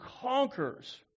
conquers